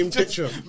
picture